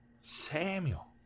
Samuel